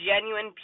genuine